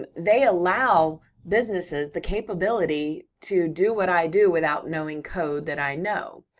ah they allow businesses the capability to do what i do without knowing code that i know,